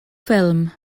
ffilm